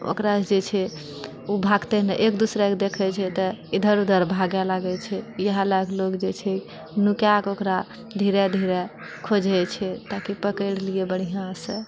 ओकरा जे छै ओ भागतै नहि एक दोसराके देखै छै तऽ इधर उधर भागै लगै छै इएह लऽ कऽ लोक जे छै नुकाकऽ ओकरा धीरे धीरे खोजै छै ताकि पकड़ि लिए बढ़िआँसँ